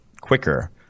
quicker